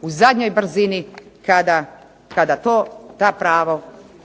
u zadnjoj brzini kada ta prava